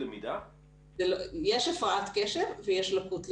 יש הפרעת קשב ויש לקות למידה.